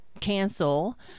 cancel